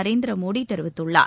நரேந்திரமோடிதெரிவித்துள்ளார்